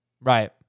Right